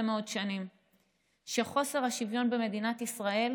מאוד שנים שחוסר השוויון במדינת ישראל